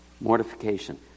Mortification